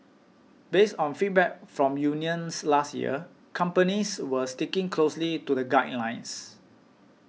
based on feedback from unions last year companies were sticking closely to the guidelines